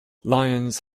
lions